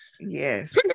yes